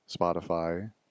Spotify